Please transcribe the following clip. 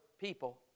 people